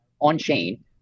on-chain